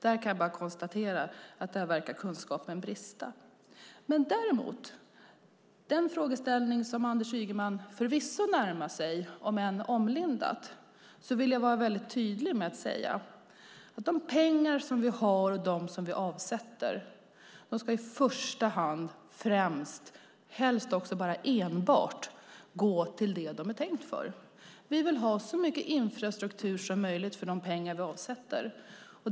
Där kan jag bara konstatera att kunskapen verkar brista. När det gäller den frågeställning som Anders Ygeman förvisso närmar sig, om än inlindat, vill jag vara väldigt tydlig med att säga att de pengar vi har och som vi avsätter främst och helst enbart ska gå till det de är tänkta för. Vi vill ha så mycket infrastruktur som möjligt för de pengar vi avsätter.